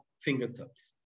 fingertips